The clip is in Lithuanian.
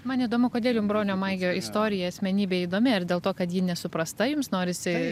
man įdomu kodėl jum bronio maigio istorija asmenybė įdomi ar dėl to kad ji nesuprasta jums norisi